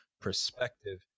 perspective